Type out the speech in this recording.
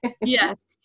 Yes